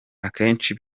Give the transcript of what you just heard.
akenshi